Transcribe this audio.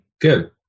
Good